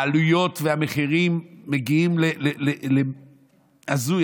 העלויות והמחירים מגיעים, הזוי.